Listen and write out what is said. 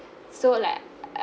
so like